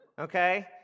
Okay